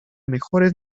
mejores